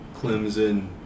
Clemson